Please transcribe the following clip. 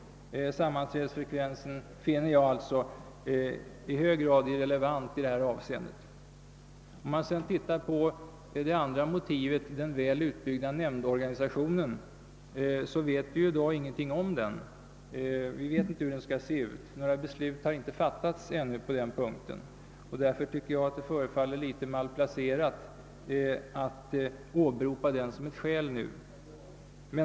Sammanträdesfrekvensen finner jag följaktligen i hög grad irrelevant i detta avseende. Det andra motivet är alltså den väl utbyggda nämndorganisationen, men vi vet inte hur den skall se ut. Några beslut har ännu inte fattats på den punkten. Därför förefaller det litet malplacerat att nu åberopa den som ett skäl.